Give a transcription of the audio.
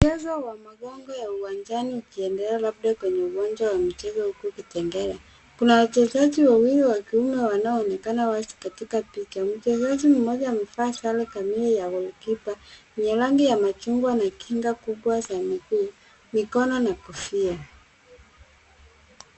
Mchezo wa magongo wa uwanjani ukiendelea labda kwenye uwanja wa michezo huku Kitengela. Kuna wachezaji wawili wakiume wanaonekana wazi katika picha. Mchezaji mmoja amevaa sare kamili ya goalkeeper yenye rangi ya machungwa na kinga kubwa za miguu, mikono na kofia.